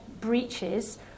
breaches